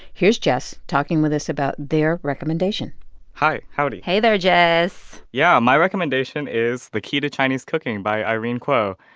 here's jess talking with us about their recommendation hi. howdy hey there, jess yeah. my recommendation is the key to chinese cooking by irene kuo.